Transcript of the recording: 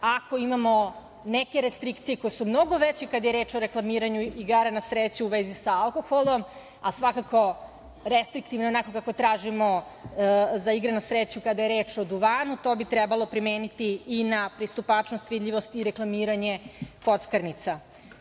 ako imamo neke restrikcije koje su mnogo veće kada je reč o reklamiranju igara na sreću u vezi sa alkoholom, a svakako restriktivno je onako kako tražimo za igre na sreću kada je reč o duvanu. To bi trebalo primeniti i na pristupačnost, vidljivost i reklamiranje kockarnica.